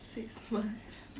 six months